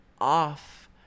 off